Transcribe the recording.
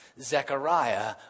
Zechariah